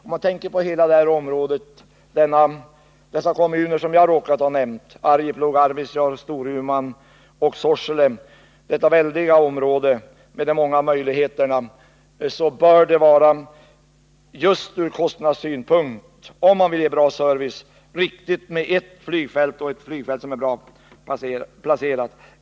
Om man tänker på hela det här området — Arjeplogs, Arvidsjaurs, Storumans och Sorsele kommuner — med dess väldiga möjligheter, bör det just ur kostnadssynpunkt och om man vill ge en bra service vara riktigt med ett flygfält som är bra placerat.